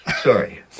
Sorry